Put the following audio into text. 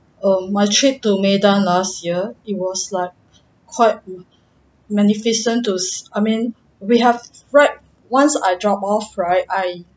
err my trip to medan last year it was like quite magnificent to s~ I mean we have right once I drop off right I